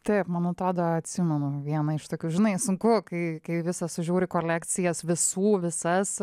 taip man atrodo atsimenu vieną iš tokių žinai sunku kai kai visa sužiūri kolekcijas visų visas